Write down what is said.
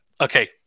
Okay